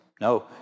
No